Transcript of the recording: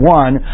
one